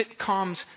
sitcoms